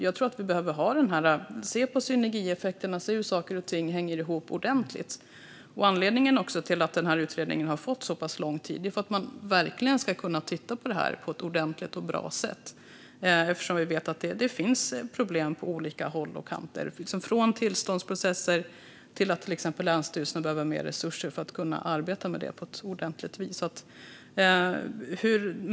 Jag tror att vi behöver se på synergieffekter och hur saker och ting hänger ihop ordentligt. Natura 2000-tillstånd vid ansökan om bearbetnings-koncession Anledningen till att utredningen har fått så pass lång tid är att man verkligen ska kunna titta på det här på ett ordentligt och bra sätt, eftersom vi vet att det finns problem på olika håll och kanter, från tillståndsprocesser till att exempelvis länsstyrelserna behöver mer resurser för att kunna arbeta på ett ordentligt vis.